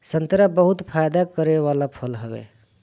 संतरा बहुते फायदा करे वाला फल हवे